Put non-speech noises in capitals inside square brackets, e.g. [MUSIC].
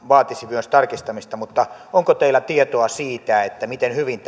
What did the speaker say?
vaatisi myös tarkistamista onko teillä tietoa siitä miten hyvin [UNINTELLIGIBLE]